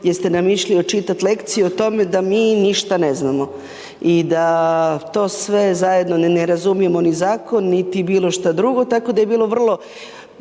ste nam išli očitati lekciju o tome da mi ništa ne znamo i da to sve zajedno ni ne razumijemo ni zakon niti bilo šta drugo tako da je bilo vrlo